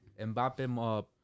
Mbappe